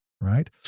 Right